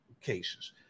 cases